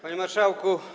Panie Marszałku!